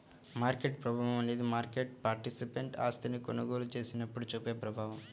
market ప్రభావం అనేది market participant ఆస్తిని కొనుగోలు చేసినప్పుడు చూపే ప్రభావం